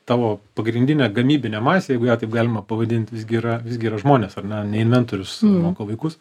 tavo pagrindinė gamybinė masė jeigu ją taip galima pavadint visgi yra visgi yra žmonės ar ne ne inventorius moko vaikus